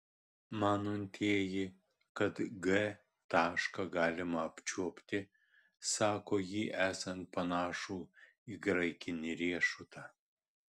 manantieji kad g tašką galima apčiuopti sako jį esant panašų į graikinį riešutą